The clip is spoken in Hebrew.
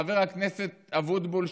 חבר הכנסת אבוטבול,